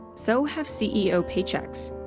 so have ceo paychecks.